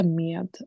med